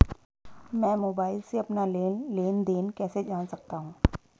मैं मोबाइल से अपना लेन लेन देन कैसे जान सकता हूँ?